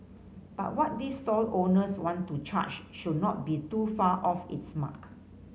but what these stall owners want to charge should not be too far off its mark